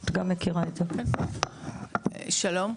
שלום,